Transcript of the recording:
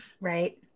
Right